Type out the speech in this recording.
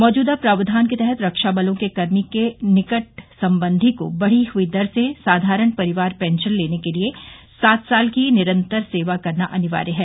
मौजूदा प्रावधान के तहत रक्षा बलों के कर्मी के निकट संबंधी को बढ़ी हुई दर से साधारण परिवार पेंशन लेने के लिए सात वर्ष की निरंतर सेवा करना अनिवार्य है